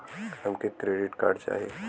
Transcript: हमके credit card चाही